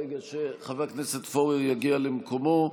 ברגע שחבר הכנסת פורר יגיע למקומו,